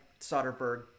Soderbergh